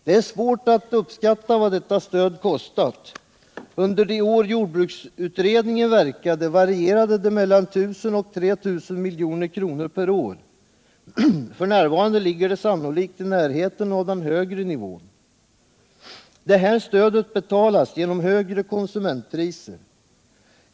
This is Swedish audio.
Det är svårt att uppskatta vad detta stöd kostat. Under de år då jordbruksutredningen verkade varierade det mellan 1 000 och 3 000 milj.kr. per år. F.n. ligger det sannolikt i närheten av den högre nivån. Detta stöd betalas genom högre konsumentpriser.